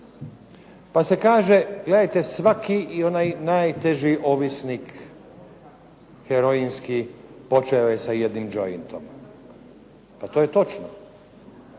pa se kaže: "gledajte svaki i onaj najteži ovisnik heroinski počeo je sa jednim jointom." Pa to je točno,